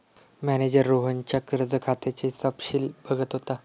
manager रोहनच्या कर्ज खात्याचे तपशील बघत होता